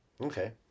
Okay